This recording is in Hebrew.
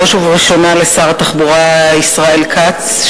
בראש ובראשונה לשר התחבורה ישראל כץ,